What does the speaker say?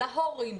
להורים.